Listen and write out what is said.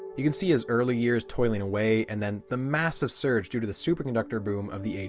you can see his early years toiling away and then the massive surge due to the superconductor boom of the eighty